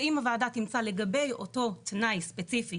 ואם הוועדה תמצא לגבי אותו תנאי ספציפי